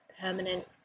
permanent